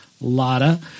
Lotta